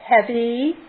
heavy